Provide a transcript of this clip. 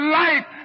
life